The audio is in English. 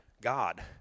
God